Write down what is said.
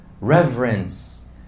reverence